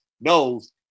knows